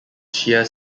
shear